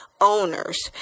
owners